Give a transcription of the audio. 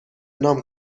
نام